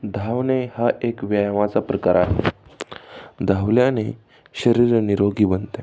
धावणे हा एक व्यायामाचा प्रकार आहे धावल्याने शरीर निरोगी बनते